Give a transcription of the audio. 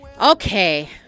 Okay